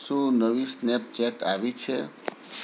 શું નવી સ્નેપચેટ્સ આવી છે